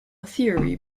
theory